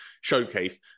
showcase